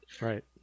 Right